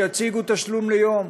שיציגו תשלום ליום,